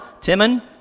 Timon